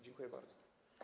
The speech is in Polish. Dziękuję bardzo.